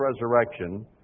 resurrection